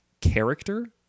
character